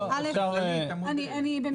אוקיי אני אסביר.